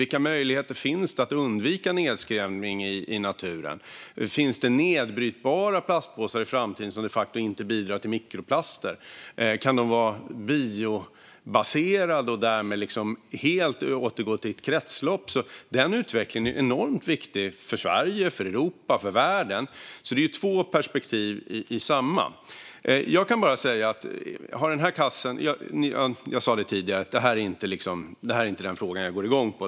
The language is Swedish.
Vilka möjligheter finns att undvika nedskräpning i naturen? Finns det nedbrytbara plastpåsar i framtiden som de facto inte bidrar till mikroplaster? Kan de vara biobaserade och därmed helt återgå till ett kretslopp? Den utvecklingen är enormt viktig för Sverige, för Europa och för världen. Det är två perspektiv i samma. Jag sa tidigare att det här inte är den fråga jag går igång på.